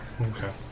Okay